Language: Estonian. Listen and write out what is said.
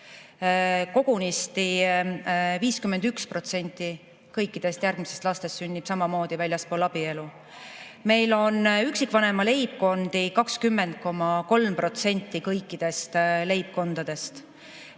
Kogunisti 51% kõikidest järgmistest lastest sünnib samamoodi väljaspool abielu. Meil on üksikvanema leibkondi 20,3% kõikidest leibkondadest.